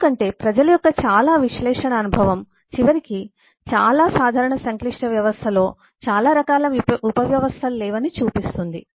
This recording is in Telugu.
ఎందుకంటే ప్రజల యొక్క చాలా విశ్లేషణ అనుభవం చివరికి చాలా సాధారణ సంక్లిష్ట వ్యవస్థలలో చాలా రకాల ఉపవ్యవస్థలు లేవని చూపిస్తుంది